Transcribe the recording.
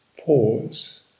Pause